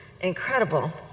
incredible